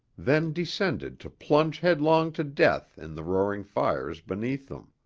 then descended to plunge headlong to death in the roaring fires beneath them.